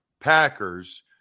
Packers